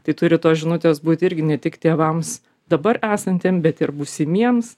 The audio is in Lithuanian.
tai turi tos žinutės būti irgi ne tik tėvams dabar esantiem bet ir būsimiems